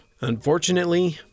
Unfortunately